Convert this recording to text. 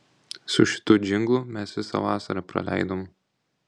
su šitu džinglu mes visą vasarą praleidom